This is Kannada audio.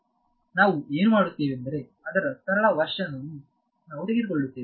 ನಾವು ಏನು ಮಾಡುತ್ತೇವೆಂದರೆ ಅದರ ಸರಳ ವರ್ಷನ್ ಅನ್ನು ನಾವು ತೆಗೆದುಕೊಳ್ಳುತ್ತೇವೆ